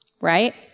right